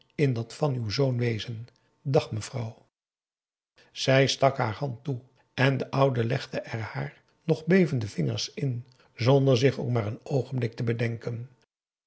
in dat van uw zoon wezen dag mevrouw zij stak haar hand toe en de oude legde er haar nog bevende vingers in zonder zich ook maar een oogenblik te bedenken